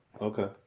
okay